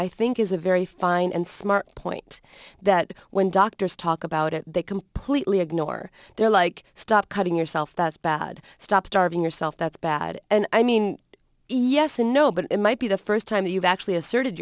i think is a very fine and smart point that when doctors talk about it they completely ignore they're like stop cutting yourself that's bad stop starving yourself that's bad and i mean yes and no but it might be the first time you've actually asserted